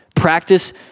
Practice